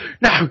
No